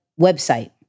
website